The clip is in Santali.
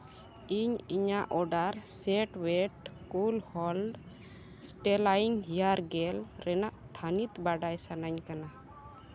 ᱤᱧ ᱤᱧᱟᱹᱜ order set wet cool hold styling hair gel ᱨᱮᱱᱟᱜ ᱛᱷᱟᱹᱱᱤᱛ ᱵᱟᱰᱟᱭ ᱥᱟᱹᱱᱟᱧ ᱠᱟᱱᱟ